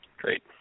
Great